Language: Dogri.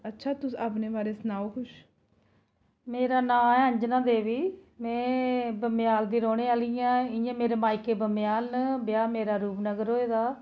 अच्छा तुस अपने बारै सनाओ कुछ मेरा नांऽ ऐ अंजना देवी में बमेयाल दी रौह्ने आह्ली आं इ'यां मेरे मायके बमेयाल न ब्याह् मेरा रूपनगर होए दा